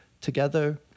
together